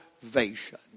salvation